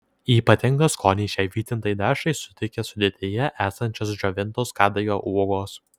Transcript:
ypatingą skonį šiai vytintai dešrai suteikia sudėtyje esančios džiovintos kadagio uogos